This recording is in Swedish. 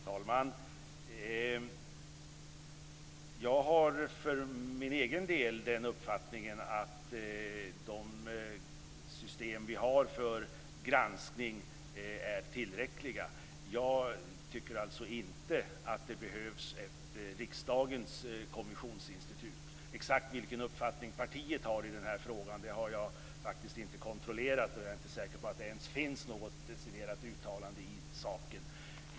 Herr talman! Jag har för egen del den uppfattningen att de system vi har för granskning är tillräckliga. Jag tycker alltså inte att det behövs ett riksdagens kommissionsinstitut. Exakt vilken uppfattning partiet har i den här frågan har jag faktiskt inte kontrollerat, och jag är inte säker på att det ens finns något deciderat uttalande i saken.